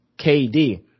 KD